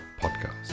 podcast